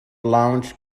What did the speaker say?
lounge